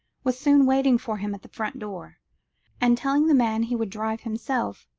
was soon waiting for him at the front door and, telling the man he would drive himself,